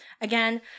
again